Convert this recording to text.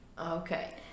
okay